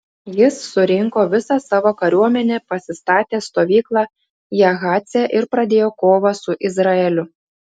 jis surinko visą savo kariuomenę pasistatė stovyklą jahace ir pradėjo kovą su izraeliu